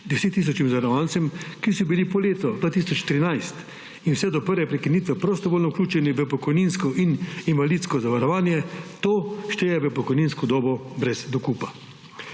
10 tisočim zavarovancem, ki so bili po letu 2013 in vse do prve prekinitve prostovoljno vključeni v pokojninsko in invalidsko zavarovanje, to šteje v pokojninsko dobo brez dokupa.